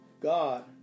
God